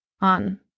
on